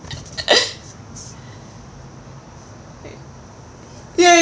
ya